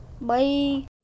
Bye